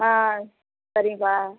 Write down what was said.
ஆ சரிங்கப்பா